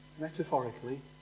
metaphorically